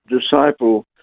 disciple